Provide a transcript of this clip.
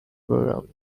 program